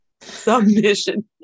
Submission